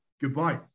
goodbye